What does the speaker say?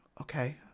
okay